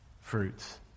fruits